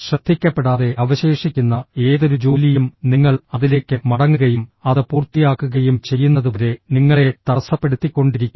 ശ്രദ്ധിക്കപ്പെടാതെ അവശേഷിക്കുന്ന ഏതൊരു ജോലിയും നിങ്ങൾ അതിലേക്ക് മടങ്ങുകയും അത് പൂർത്തിയാക്കുകയും ചെയ്യുന്നതുവരെ നിങ്ങളെ തടസ്സപ്പെടുത്തിക്കൊണ്ടിരിക്കും